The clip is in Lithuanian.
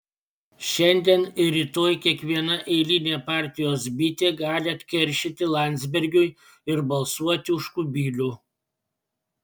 šiandien ir rytoj kiekviena eilinė partijos bitė gali atkeršyti landsbergiui ir balsuoti už kubilių